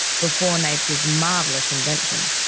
before napier's marvellous invention,